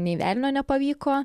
nei velnio nepavyko